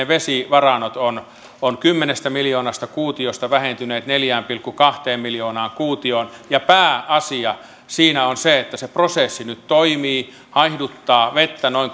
vesivarannot ovat kymmenestä miljoonasta kuutiosta vähentyneet neljään pilkku kahteen miljoonaan kuutioon pääasia siinä on se että se prosessi nyt toimii haihduttaa vettä noin